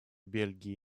бельгии